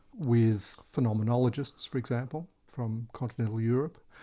with phenomenonologists for example, from continental europe.